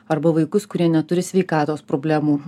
arba vaikus kurie neturi sveikatos problemų